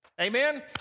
Amen